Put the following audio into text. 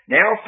Now